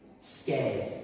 scared